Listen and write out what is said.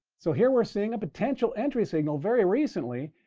so here we're seeing a potential entry signal very recently.